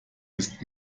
ist